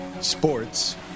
Sports